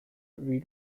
wie